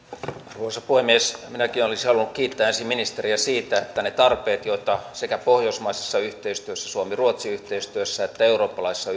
arvoisa puhemies minäkin olisin halunnut kiittää ensin ministeriä siitä että ne tarpeet joita sekä pohjoismaisessa yhteistyössä suomi ruotsi yhteistyössä että eurooppalaisessa